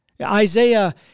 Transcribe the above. Isaiah